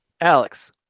Alex